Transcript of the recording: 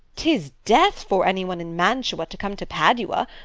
tis death for any one in mantua to come to padua.